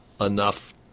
enough